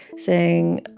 saying,